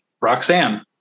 Roxanne